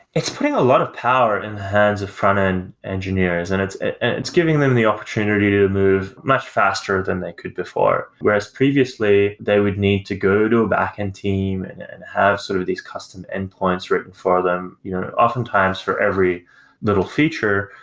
it's putting a lot of power in the hands of front-end engineers. and it's it's giving them the opportunity to move much faster than they could before. whereas previously, they would need to go to a back-end team and and have sort of these custom endpoints written for them you know oftentimes, for every little feature.